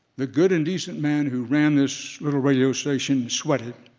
the good and decent man who ran this little radio station so but ah